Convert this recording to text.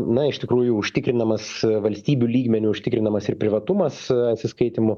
na iš tikrųjų užtikrinamas valstybių lygmeniu užtikrinamas ir privatumas atsiskaitymų